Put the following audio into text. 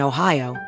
Ohio